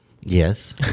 Yes